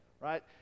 right